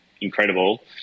incredible